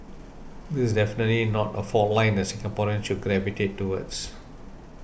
this is definitely not a fault line that Singaporeans should gravitate towards